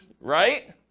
right